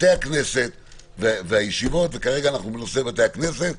בתי הכנסת והישיבות, וכרגע אנחנו בנושא בתי הכנסת.